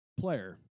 player